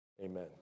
Amen